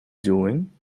doing